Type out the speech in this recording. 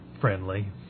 friendly